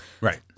Right